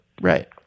Right